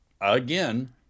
Again